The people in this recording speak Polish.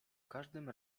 każdym